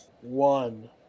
one